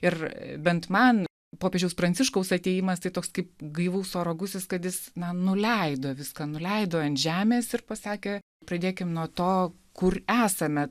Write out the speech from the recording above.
ir bent man popiežiaus pranciškaus atėjimas tai toks kaip gaivaus oro gūsis kad jis na nuleido viską nuleido ant žemės ir pasakė pradėkim nuo to kur esame